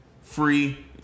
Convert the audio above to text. Free